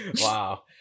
Wow